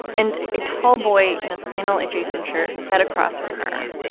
and a tall boy in a flannel-adjacent shirt sat across from her.